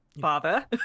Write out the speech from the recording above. Father